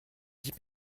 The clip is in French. dix